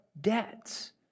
debts